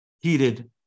heated